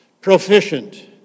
proficient